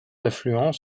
affluents